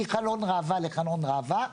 מחלון ראווה לחלון ראווה,